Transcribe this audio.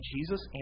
Jesus